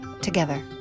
together